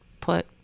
put